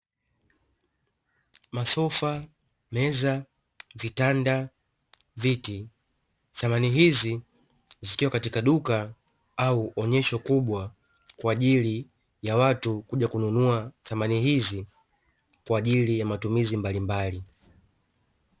Masofa, meza, vitanda, na viti. Samani hizi zikiwa katika duka au onyesho kubwa kwa ajili ya watu kuja kununua samani hizi kwa ajili ya matumizi mbalimbali.